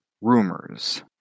rumors